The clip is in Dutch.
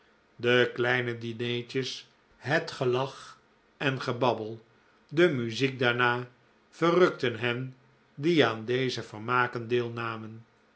de kleine dinertjes het gelach en gebabbel de muziek daarna verrukten hen die aan deze vermaken deelnamen